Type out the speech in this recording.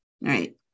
right